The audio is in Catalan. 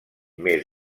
més